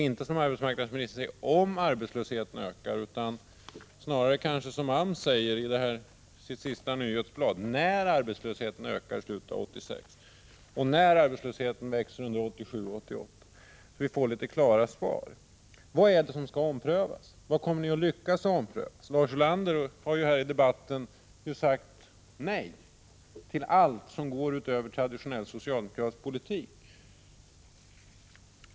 Inte utgå från ”om” arbetslösheten ökar utan snarare, som AMS säger i sitt senaste nyhetsblad, ”när” arbetslösheten ökar i slutet av 1986 och ”när” arbetslösheten växer under 1987 och 1988. Därigenom skulle mycket klargöras. Vad kommer ni att lyckas ompröva? Lars Ulander har ju här i debatten sagt nej till allt som går utöver traditionell socialdemokratisk politik.